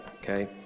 okay